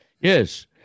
Yes